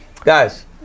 Guys